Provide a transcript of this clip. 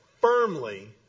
firmly